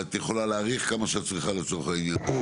את יכולה להאריך כמה שאת צריכה לצורך העניין.